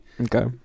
okay